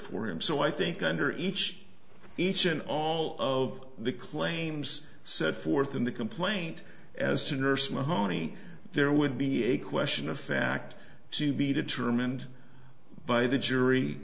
for him so i think under each each and all of the claims set forth in the complaint as to nurse mahoney there would be a question of fact to be determined by